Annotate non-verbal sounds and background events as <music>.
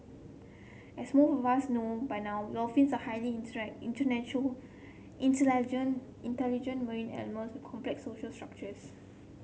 as most of us know by now dolphins are highly internet <unintelligible> intelligent marine animals with complex social structures